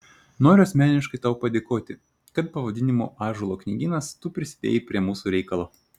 noriu asmeniškai tau padėkoti kad pavadinimu ąžuolo knygynas tu prisidėjai prie mūsų reikalo